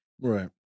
Right